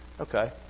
Okay